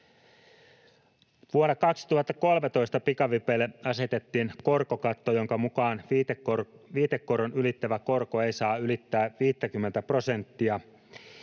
Vuonna 2013 pikavipeille asetettiin korkokatto, jonka mukaan viitekoron ylittävä korko ei saa ylittää 50:tä prosenttia.